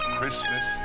Christmas